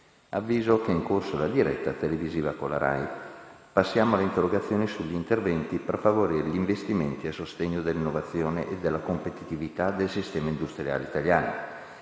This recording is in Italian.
che è in corso la diretta televisiva della RAI. Passiamo dunque alle interrogazioni sugli interventi per favorire gli investimenti a sostegno dell'innovazione e della competitività del sistema industriale italiano.